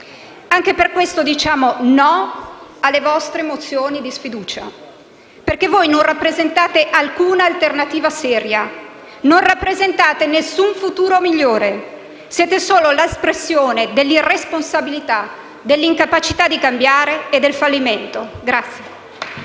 Anche per questo diciamo no alle vostre mozioni di sfiducia, perché voi non rappresentate alcuna alternativa seria; non rappresentate nessun futuro migliore. Siete solo l'espressione dell'irresponsabilità, dell'incapacità di cambiare e del fallimento.